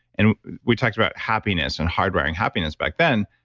and we talked about happiness and hard wiring happiness back then,